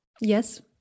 Yes